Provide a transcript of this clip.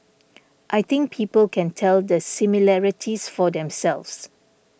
I think people can tell the similarities for themselves